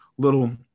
little